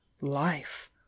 life